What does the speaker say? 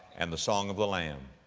and the song of the lamb.